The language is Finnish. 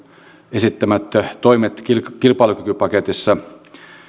esittämät toimet kilpailukykypaketissa